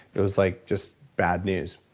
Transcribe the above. it was like just bad news.